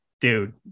dude